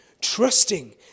trusting